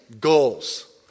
goals